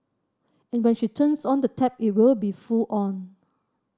and when she turns on the tap it will be full on